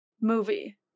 movie